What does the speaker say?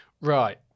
Right